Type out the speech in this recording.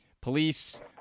Police